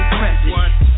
present